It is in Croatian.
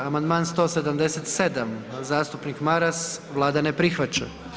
Amandman 177. zastupnik Maras, Vlada ne prihvaća.